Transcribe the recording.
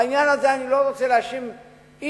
בעניין הזה אני לא רוצה להאשים איש,